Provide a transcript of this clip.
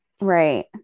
Right